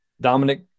Dominic